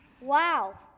Wow